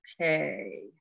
Okay